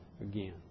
again